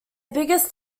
biggest